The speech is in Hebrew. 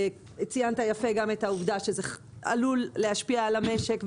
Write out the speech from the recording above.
וציינת יפה גם את העובדה שזה עלול להשפיע על המשק,